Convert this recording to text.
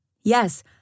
Yes